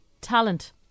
talent